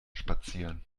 spazieren